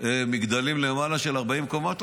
מגדלים למעלה של 40 קומות?